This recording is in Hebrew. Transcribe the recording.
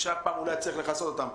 שאף פעם הוא לא היה צריך לכסות אותן.